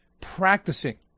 practicing